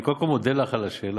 אני קודם כול מודה לך על השאלה.